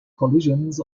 collisions